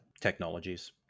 technologies